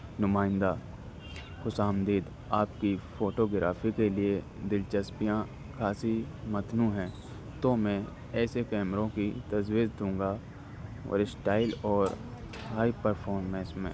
نمائندہ خوش آمدید آپ کی فوٹوگرافی کے لیے دلچسپیاں خاصی متنوع ہیں تو میں ایسے کیمروں کی تجویز دوں گا اور اسٹائل اور ہائی پرفارمنس میں